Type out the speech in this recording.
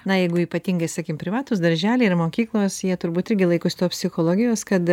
na jeigu ypatingai sakykim privatūs darželiai ir mokyklos jie turbūt irgi laikosi tos psichologijos kad